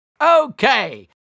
Okay